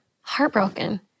heartbroken